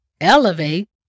elevate